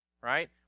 right